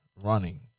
running